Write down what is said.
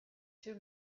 two